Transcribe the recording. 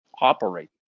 operate